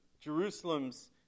Jerusalem's